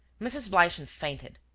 mrs. bleichen fainted.